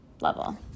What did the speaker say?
level